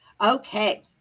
Okay